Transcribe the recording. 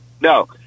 no